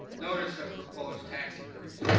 notice of proposed tax increase,